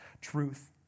truth